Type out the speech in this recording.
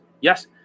yes